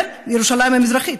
ירושלים המזרחית,